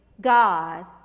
God